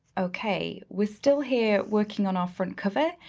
okay, we're still here working on our front cover.